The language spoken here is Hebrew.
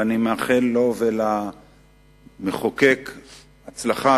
ואני מאחל לו ולמחוקק הצלחה,